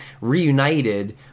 reunited